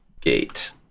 Gate